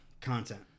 content